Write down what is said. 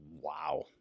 wow